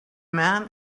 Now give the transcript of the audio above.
man